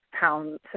pounds